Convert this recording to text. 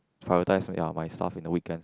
prioritize make my stuff in the weekends